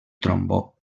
trombó